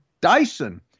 Dyson